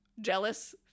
jealous